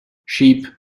sheep